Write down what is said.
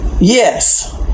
yes